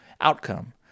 outcome